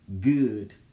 good